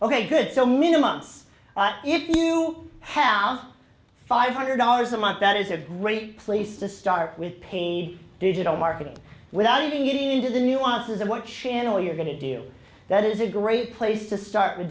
ok good so minimum it's not if you have five hundred dollars a month that is a great place to start with paid digital marketing without even getting into the nuances of what channel you're going to do that is a great place to start with